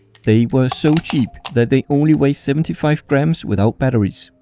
they were so cheap, that they only weigh seventy five grams without batteries.